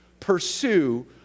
pursue